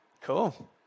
Cool